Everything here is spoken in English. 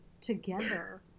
together